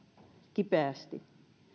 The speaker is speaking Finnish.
kipeästi